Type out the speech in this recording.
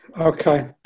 Okay